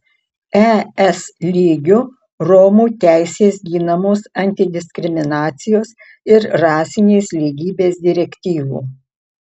es lygiu romų teisės ginamos antidiskriminacijos ir rasinės lygybės direktyvų